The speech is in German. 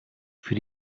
für